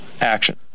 action